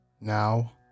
Now